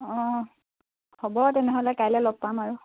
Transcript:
অঁ হ'ব তেনেহ'লে কাইলৈ লগ পাম আৰু